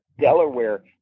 Delaware